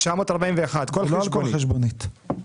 941. כל חשבונית.